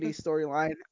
storyline